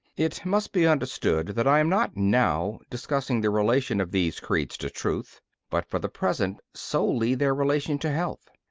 it must be understood that i am not now discussing the relation of these creeds to truth but, for the present, solely their relation to health.